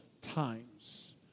times